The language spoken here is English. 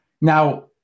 Now